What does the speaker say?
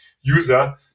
user